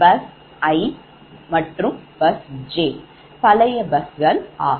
bus i மற்றும் bus j பழைய busகள் ஆகும்